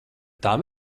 tam